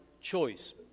choice